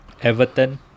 Everton